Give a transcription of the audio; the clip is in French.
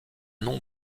nom